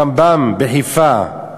הרמב"ם בחיפה,